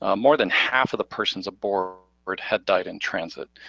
ah more than half of the persons aboard had died in transit.